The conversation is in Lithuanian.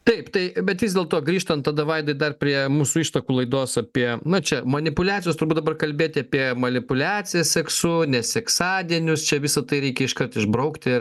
taip tai bet vis dėlto grįžtant tada vaidai dar prie mūsų ištakų laidos apie na čia manipuliacijos turbūt dabar kalbėti apie manipuliacija seksu neseksadienius čia visa tai reikia iškart išbraukti